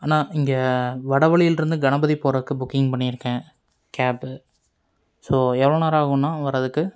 அண்ணா இங்கே வடபழனிலிருந்து கணபதி போறதுக்கு புக்கிங் பண்ணியிருக்கேன் கேபு ஸோ எவ்வளோ நேரம் ஆகும்ணா வரதுக்கு